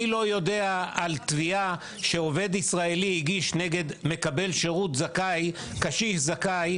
אני לא יודע על תביעה שעובד ישראלי הגיש כנגד מקבל שירות קשיש זכאי,